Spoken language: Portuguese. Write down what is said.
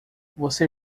você